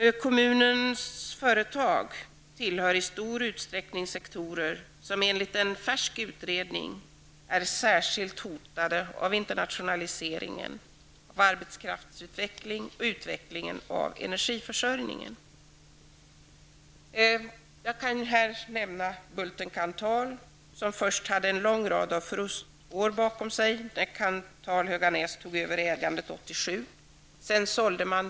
Företagen i kommunen tillhör i stor utsträckning sektorer som enligt en färsk utredning är särskilt hotade till följd av internationaliseringen, arbetskraftsutvecklingen och utvecklingen vad gäller energiförsörjningen. Jag kan nämna Bulten Kanthal, som tidigare hade en lång rad förlustår bakom sig. 1987 tog Kanthal-Höganäs över ägandet. Sedan blev det försäljning.